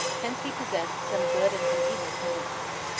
hence he possessed some good and some evil tendencies.